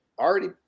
already